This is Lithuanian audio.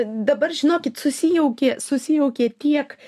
dabar žinokit susijaukė susijaukė tiek